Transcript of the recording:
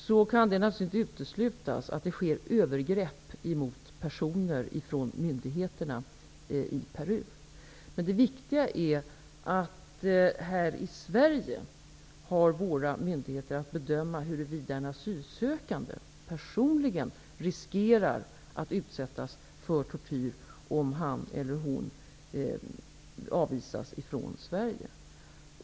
Det kan naturligtvis inte uteslutas att det sker övergrepp ifrån myndigheterna i Peru mot personer, men det viktiga är att våra myndigheter här i Sverige har att bedöma huruvida en asylsökande personligen riskerar att utsättas för tortyr om han eller hon avvisas från Sverige.